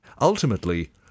Ultimately